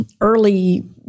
early